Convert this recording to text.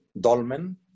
Dolmen